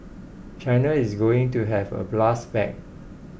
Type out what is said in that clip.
China is going to have a blast back